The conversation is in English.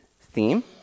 theme